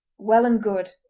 well and good.